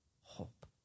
hope